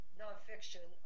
nonfiction